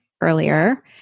earlier